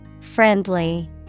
Friendly